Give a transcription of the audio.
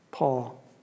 Paul